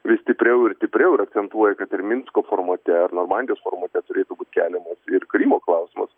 vis stipriau ir stipriau ir akcentuoja kad ir minsko formate ar normandijos formate turėtų būt keliamas ir krymo klausimas